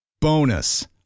Bonus